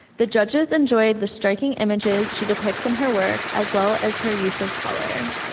the judges enjoyed the striking images she depicts in her work, as well as her use of color.